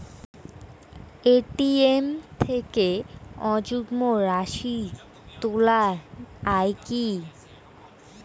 ATM থেকে অযুগ্ম রাশি তোলা য়ায় কি?